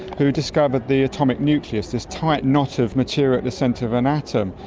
who discovered the atomic nucleus, this tight knot of material at the centre of an atom.